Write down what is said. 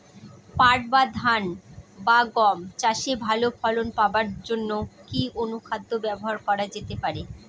পাট বা ধান বা গম চাষে ভালো ফলন পাবার জন কি অনুখাদ্য ব্যবহার করা যেতে পারে?